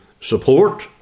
support